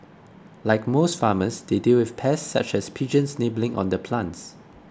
like most farmers they deal with pests such as pigeons nibbling on the plants